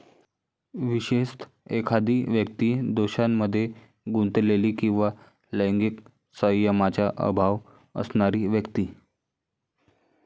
विशेषतः, एखादी व्यक्ती दोषांमध्ये गुंतलेली किंवा लैंगिक संयमाचा अभाव असणारी व्यक्ती